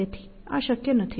તેથી આ શક્ય નથી